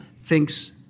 thinks